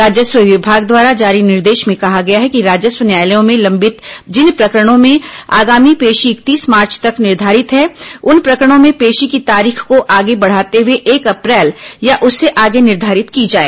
राजस्व विभाग द्वारा जारी निर्देश में कहा गया है कि राजस्व न्यायालयों में लंबित जिन प्रकरणों में आगामी पेशी इकतीस मार्च तक निर्धारित है उन प्रकरणों में पेशी की तारीख को आगे बढ़ाते हुए एक अप्रैल या उससे आगे निर्धारित की जाए